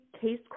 case